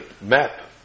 map